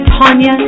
Tanya